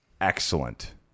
Excellent